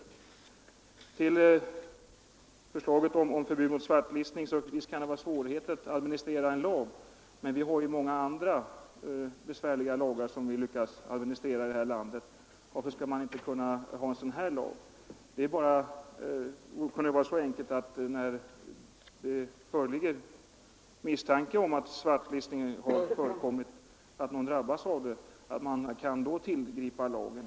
Angående förslaget om förbud mot svartlistning vill jag säga att jag instämmer i att det kan vara svårt att administrera en lag. Men vi har många andra besvärliga lagar som vi har lyckats administrera i det här landet, så varför skulle man inte också kunna ha en sådan här lag? Det kunde vara så enkelt, att lagen kan tillämpas när det föreligger misstanke om att svartlistning har förekommit och att någon drabbas av den.